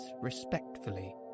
respectfully